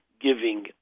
giving